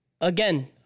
Again